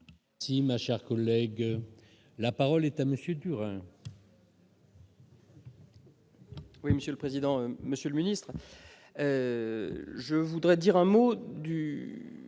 Si Machar collègue, la parole est à monsieur Turin. Oui, Monsieur le président, Monsieur le ministre, je voudrais dire un mot du